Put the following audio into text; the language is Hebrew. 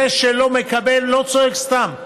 זה שלא מקבל לא צועק סתם.